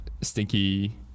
stinky